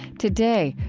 today,